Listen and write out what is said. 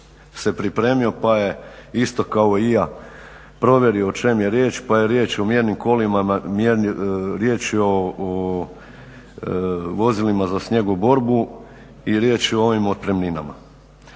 se pripremio pa je isto kao i ja provjerio o čem je riječ pa je riječ o mjernim kolima, riječ je o vozilima za snjegoborbu i riječ je o ovim otpremninama.